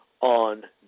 on